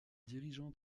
dirigeants